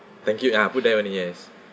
thank you ah put there only yes